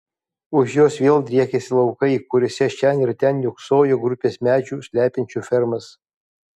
už jos vėl driekėsi laukai kuriuose šen ir ten niūksojo grupės medžių slepiančių fermas